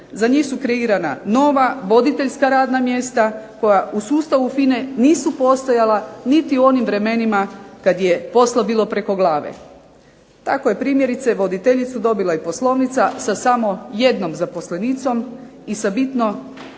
Za njih su kreirana nova voditeljska radna mjesta koja u sustavu FINA-e nisu postojala niti u onim vremenima kada je posla bilo preko glave. Tako je primjerice voditeljicu dobila Poslovnica sa samo jednom zaposlenicom i sa bitno